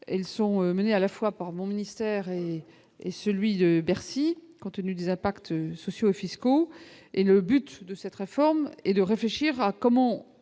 elles sont menées à la fois par mon ministère et celui de Bercy continue des impacts sociaux, fiscaux et le but de cette réforme et de réfléchir à comment